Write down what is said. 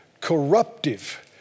corruptive